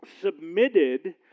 submitted